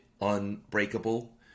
unbreakable